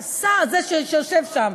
סער, זה שיושב שם.